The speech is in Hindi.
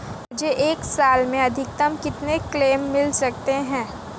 मुझे एक साल में अधिकतम कितने क्लेम मिल सकते हैं?